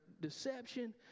deception